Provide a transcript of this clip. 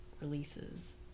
releases